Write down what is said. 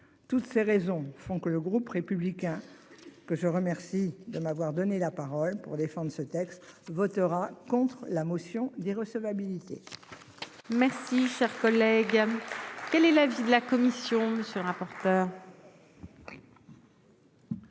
toutes ces raisons font que le groupe républicain que je remercie de m'avoir donné la parole pour défendre ce texte votera contre la motion les recevabilité.